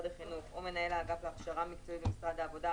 החינוך או מנהל האגף להכשרה מקצועית במשרד העבודה,